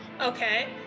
Okay